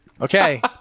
Okay